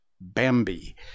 Bambi